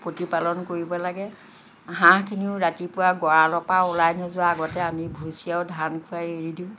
প্ৰতিপালন কৰিব লাগে হাঁহখিনিও ৰাতিপুৱা গঁৰালৰ পৰা ওলাই নোযোৱা আগতে আমি ভুচি আৰু ধান খুৱাই এৰি দিওঁ